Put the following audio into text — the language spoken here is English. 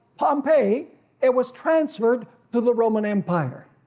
pompeii it was transferred to the roman empire,